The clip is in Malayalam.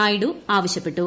നായിഡു ആവശ്യപ്പെട്ടു